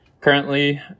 Currently